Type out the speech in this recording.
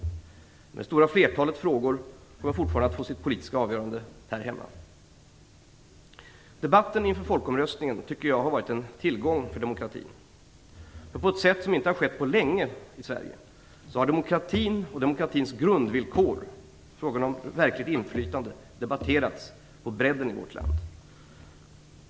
Men det stora flertalet frågor kommer fortfarande att få sitt politiska avgörande här hemma. Debatten inför folkomröstningen har varit en tillgång för demokratin. På ett sätt som inte skett på länge i Sverige har demokratin och demokratins grundvillkor, frågan om ett verkligt inflytande, debatterats på bredden i vårt land.